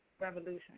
Revolution